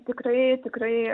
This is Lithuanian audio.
tikrai tikrai